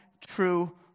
true